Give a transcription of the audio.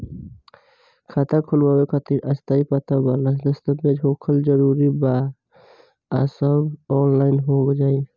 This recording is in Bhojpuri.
खाता खोलवावे खातिर स्थायी पता वाला दस्तावेज़ होखल जरूरी बा आ सब ऑनलाइन हो जाई?